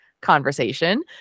conversation